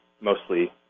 mostly